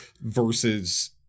versus